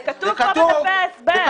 זה כתוב בדברי ההסבר.